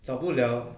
找不了